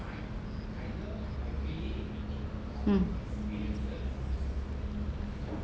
mm